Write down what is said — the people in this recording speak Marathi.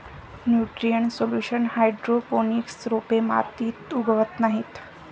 न्यूट्रिएंट सोल्युशन हायड्रोपोनिक्स रोपे मातीत उगवत नाहीत